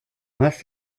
hast